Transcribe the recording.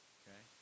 okay